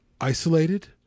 isolated